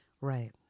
right